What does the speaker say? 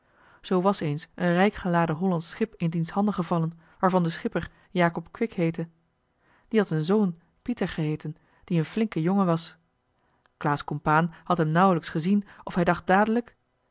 zoo was eens een rijk geladen hollandsch schip in diens handen gevallen waarvan de schipper jacob quik heette die had een zoon pieter geheeten die een flinke jongen was claes compaen had hem nauwelijks gezien of hij dacht dadelijk